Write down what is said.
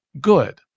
good